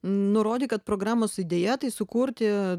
nurodė kad programos idėja tai sukurti